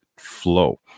flow